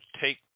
take